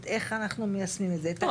את איך אנחנו מיישמים את זה --- לא,